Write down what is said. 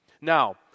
Now